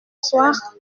soir